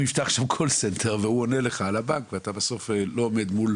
יפתח של call center והוא עונה לך שם מהבנק ואתה בסוף לא עומד מול